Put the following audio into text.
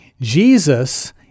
Jesus